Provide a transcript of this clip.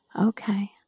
Okay